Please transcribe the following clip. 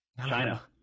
China